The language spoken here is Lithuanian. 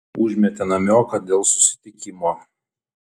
užmetė namioką dėl susitikimo